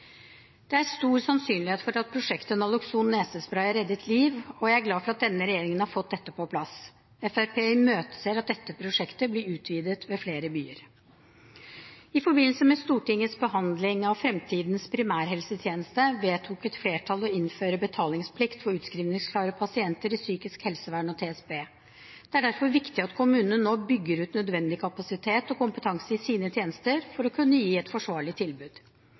Det er stor sannsynlighet for at prosjektet Nalokson nesespray har reddet liv, og jeg er glad for at denne regjeringen har fått dette på plass. Fremskrittspartiet imøteser at dette prosjektet blir utvidet med flere byer. I forbindelse med Stortingets behandling av Fremtidens primærhelsetjeneste vedtok et flertall å innføre betalingsplikt for utskrivningsklare pasienter i psykisk helsevern og TSB. Det er derfor viktig at kommunene nå bygger ut nødvendig kapasitet og kompetanse i sine tjenester for å kunne gi et forsvarlig tilbud.